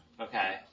Okay